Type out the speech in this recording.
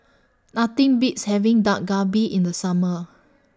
Nothing Beats having Dak Galbi in The Summer